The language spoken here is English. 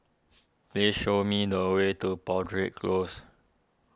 please show me the way to Broadrick Close